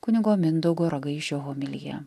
kunigo mindaugo ragaišio homilija